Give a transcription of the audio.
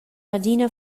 adina